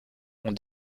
ont